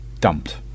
dumped